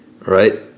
right